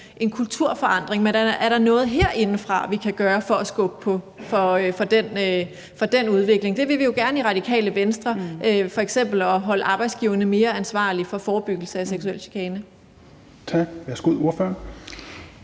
en kulturforandring, men er der noget, vi kan gøre herinde for at skubbe på den udvikling? Det vil vi jo gerne i Radikale Venstre. Det er f.eks. at holde arbejdsgiverne mere ansvarlige for forebyggelse af seksuel chikane. Kl. 11:50 Tredje